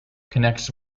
connects